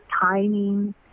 timing